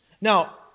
Now